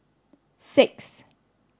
six